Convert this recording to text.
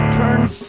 turns